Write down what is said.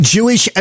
Jewish